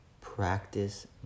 Practice